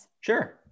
Sure